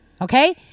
Okay